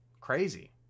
crazy